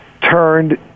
turned